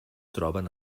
troben